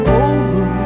over